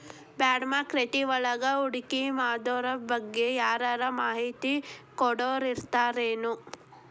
ಬಾಂಡ್ಮಾರ್ಕೆಟಿಂಗ್ವಳಗ ಹೂಡ್ಕಿಮಾಡೊದ್ರಬಗ್ಗೆ ಯಾರರ ಮಾಹಿತಿ ಕೊಡೊರಿರ್ತಾರೆನು?